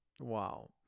Wow